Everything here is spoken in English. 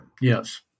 Yes